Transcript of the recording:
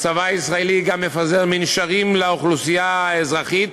הצבא הישראלי גם מפזר מנשרים לאוכלוסייה האזרחית